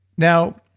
now,